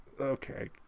Okay